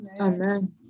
Amen